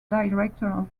directors